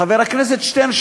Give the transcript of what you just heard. חבר הכנסת שטרן,